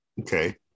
okay